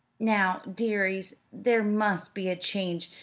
now, dearies, there must be a change.